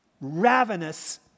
ravenous